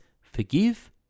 Forgive